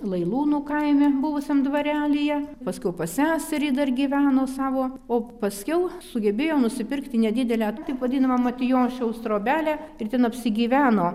lailūnų kaime buvusiam dvarelyje paskiau pas seserį dar gyveno savo o paskiau sugebėjo nusipirkti nedidelę taip vadinamą matijošiaus trobelę ir ten apsigyveno